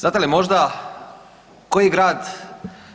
Znate li možda koji grad